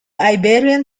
iberian